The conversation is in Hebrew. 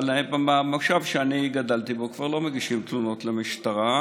אבל במושב שאני גדלתי בו כבר לא מגישים תלונות למשטרה,